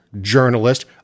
journalist